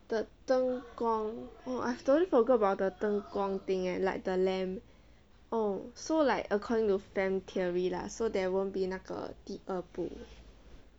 the 灯光 oh I've totally forgot about the 灯光 thing eh like the lamp oh so like according to fan theory lah so there won't be 那个第二部